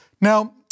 Now